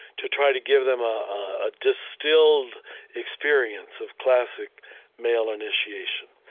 to try to give them a ah distilled experience of classic male initiation.